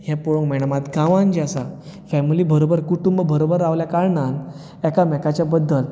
मात गांवांत जें आसा फेमिली बरोबर कुटुंबा बरोबर राविल्ल्या कारणान ताच्या बद्दल